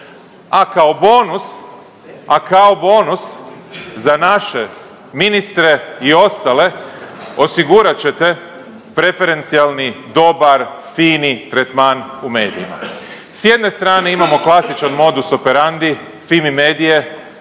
a kao bonus za naše ministre i ostale osigurat ćete preferencijalni dobar fini tretman u medijima. S jedne strane imamo klasičan modus operandi Fimi Media-e,